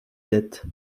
dette